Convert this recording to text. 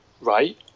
Right